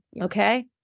Okay